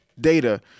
data